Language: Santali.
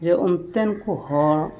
ᱡᱮ ᱚᱱᱛᱮᱱ ᱠᱚ ᱦᱚᱲ